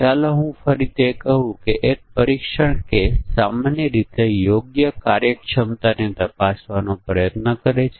શરતી વિધાન ના પરીક્ષણ માટે જ 2 પાવર 50 પરીક્ષણના કેસોની સંખ્યા જરૂરી છે